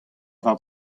war